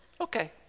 Okay